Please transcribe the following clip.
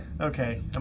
Okay